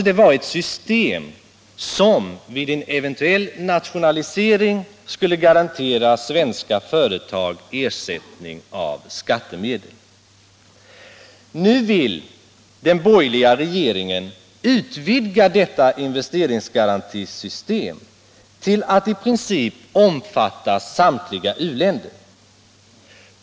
Det var ett system som vid en eventuell nationalisering skulle garantera svenska företag ersättning av skattemedel. Nu vill den borgerliga regeringen utvidga detta investeringsgarantisystem till att i princip omfatta samtliga u-länder.